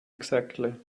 exactly